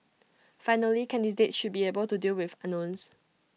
finally candidates should be able to deal with unknowns